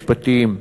משפטיים,